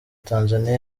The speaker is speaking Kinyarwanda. tanzania